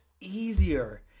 easier